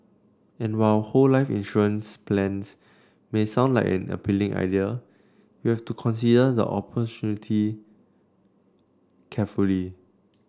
and while whole life insurance plans may sound like an appealing idea you have to consider the opportunity carefully